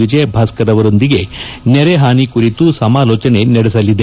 ವಿಜಯ ಭಾಸ್ಕರ್ ಅವರೊಂದಿಗೆ ನೆರೆಹಾನಿ ಕುರಿತು ಸಮಾಲೋಚನೆ ನಡೆಸಲಿದೆ